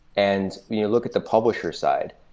and when you look at the publisher side,